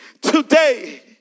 today